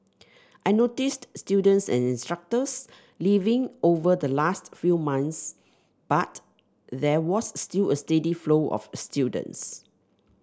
I noticed students and instructors leaving over the last few months but there was still a steady flow of students